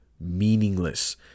meaningless